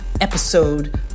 episode